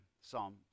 Psalm